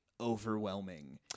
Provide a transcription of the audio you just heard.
overwhelming